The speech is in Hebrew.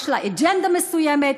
יש לה אג'נדה מסוימת,